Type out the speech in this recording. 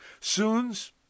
Soons